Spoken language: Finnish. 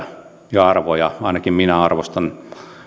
toistemme mielipiteitä ja arvoja ainakin minä arvostan